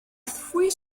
three